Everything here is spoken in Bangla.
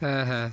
হ্যাঁ হ্যাঁ